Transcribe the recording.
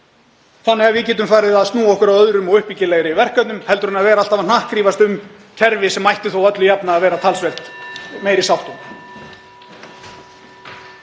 þannig að við getum farið að snúa okkur að öðrum og uppbyggilegri verkefnum en að vera alltaf að hnakkrífast um kerfi sem ætti þó öllu jafna að vera talsvert meiri sátt um?